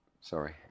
Sorry